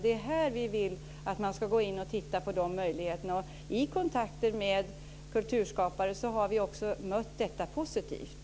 Det är här vi vill att man ska gå in och titta på de möjligheterna. I kontakter med kulturskapare har detta också bemötts positivt.